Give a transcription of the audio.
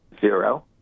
zero